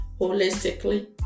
holistically